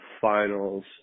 finals